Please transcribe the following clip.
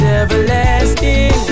everlasting